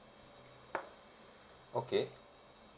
okay